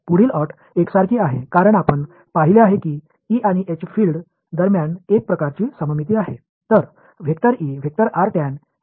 पुढील अट एकसारखी आहे कारण आपण पाहिले आहे की ई आणि एच फील्ड्स दरम्यान एक प्रकारची सममिती आहे